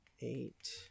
eight